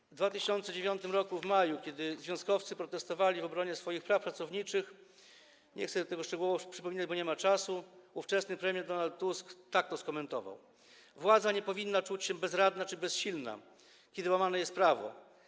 W maju 2009 r., kiedy związkowcy protestowali w obronie swoich praw pracowniczych - nie chcę tu tego szczegółowo przypominać, bo nie ma czasu - ówczesny premier Donald Tusk tak to skomentował: Władza nie powinna czuć się bezradna czy bezsilna, kiedy łamane jest prawo.